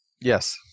Yes